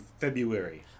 February